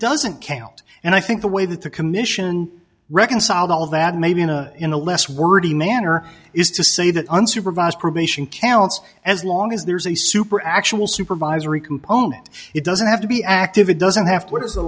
doesn't count and i think the way that the commission reconciled all of that maybe in a in a less wordy manner is to say that unsupervised probation counts as long as there's a super actual supervisory component it doesn't have to be active it doesn't have to